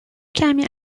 کمی